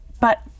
but-